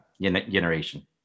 generation